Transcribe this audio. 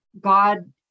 god